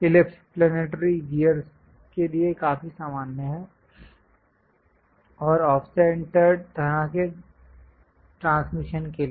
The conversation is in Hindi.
इलिप्स प्लेनेटरी गियर के लिए काफी सामान्य है और ऑफ़सेंटर्ड तरह के ट्रांसमिशन के लिए